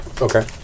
Okay